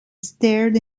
stared